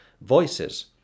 voices